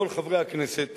לכל חברי הכנסת